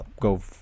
Go